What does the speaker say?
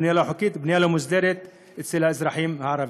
"בנייה לא חוקית"; בנייה לא מוסדרת אצל האזרחים הערבים.